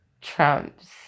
trumps